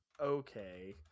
okay